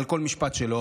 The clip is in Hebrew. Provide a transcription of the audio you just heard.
על כל משפט שלו.